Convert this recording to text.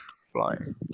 flying